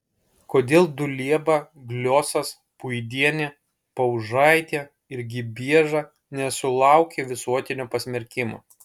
kodėl dulieba gliosas puidienė paužaitė ir gibieža nesulaukė visuotinio pasmerkimo